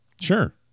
Sure